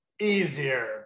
easier